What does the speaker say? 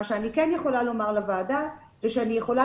מה שאני כן יכולה לומר לוועדה זה שאני יכולה